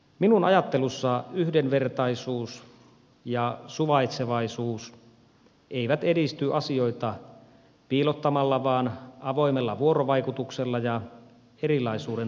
minun ajattelussani yhdenvertaisuus ja suvaitsevaisuus eivät edisty asioita piilottamalla vaan avoimella vuorovaikutuksella ja erilaisuuden tunnustamisella